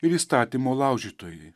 ir įstatymo laužytojai